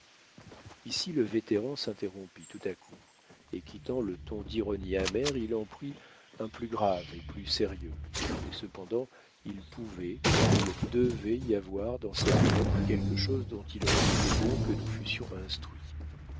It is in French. ici le vétéran s'interrompit tout à coup et quittant le ton d'ironie amère il en prit un plus grave et plus sérieux et cependant il pouvait il devait y avoir dans cette lettre quelque chose dont il aurait été bon que nous fussions instruits